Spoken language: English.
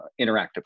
interactively